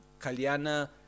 Kalyana